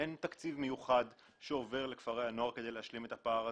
אין תקציב מיוחד שעובר לכפרי הנוער כדי להשלים את הפער הזה.